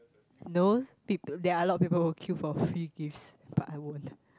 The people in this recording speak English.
no people there are a lot of people who queue for free gifts but I won't